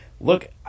look